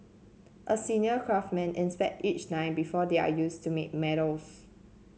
a senior craftsman inspect each die before they are used to make medals